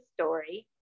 story